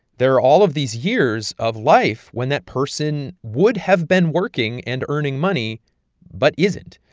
there are all of these years of life when that person would have been working and earning money but isn't.